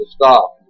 stop